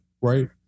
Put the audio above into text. right